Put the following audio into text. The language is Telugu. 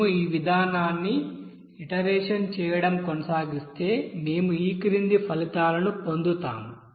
మేము ఈ విధానాన్ని ఇటరేషన్ చేయడం కొనసాగిస్తే మేము ఈ క్రింది ఫలితాలను పొందుతాము